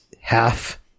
half